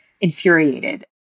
infuriated